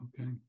Okay